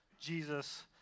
Jesus